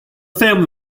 family